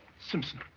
simpson.